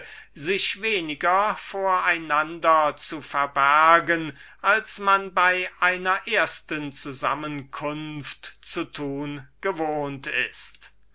sich weniger vor einander zu verbergen als man bei einer ersten zusammenkunft zu tun gewohnt ist